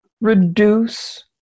reduce